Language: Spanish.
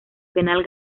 penal